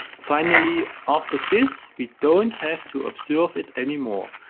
finally, after this, we don't have to observe it anymore,